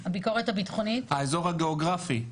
הוא האזור הגיאוגרפי.